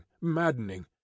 maddening